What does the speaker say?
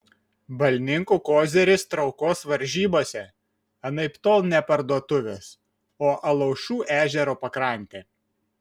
balninkų koziris traukos varžybose anaiptol ne parduotuvės o alaušų ežero pakrantė